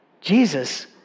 Jesus